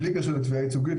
בלי קשר לתביעה ייצוגית,